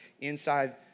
inside